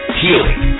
healing